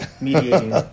mediating